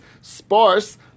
sparse